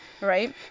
right